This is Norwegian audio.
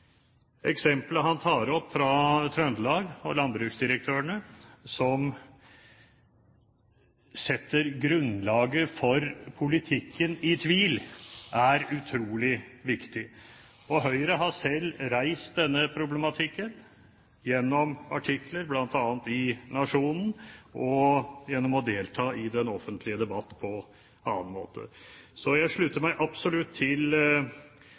landbruksdirektørene i Trøndelag, som drar grunnlaget for politikken i tvil, er utrolig viktig. Høyre har selv reist denne problematikken gjennom artikler, bl.a. i Nationen, og gjennom å delta i den offentlige debatt på annen måte. Så jeg slutter meg absolutt til